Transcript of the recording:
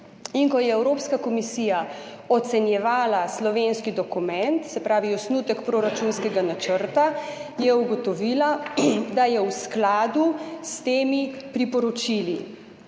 Ko je Evropska komisija ocenjevala slovenski dokument, se pravi osnutek proračunskega načrta, je ugotovila, da je v skladu s temi priporočili,